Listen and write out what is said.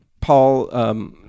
Paul